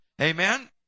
Amen